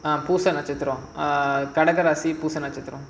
ah பூச நட்சத்திரம் கடக ராசி பூச நட்சத்திரம்:poosa natchathiram kadaka rasi poosa natchathiram